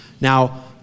Now